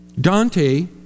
Dante